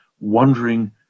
wondering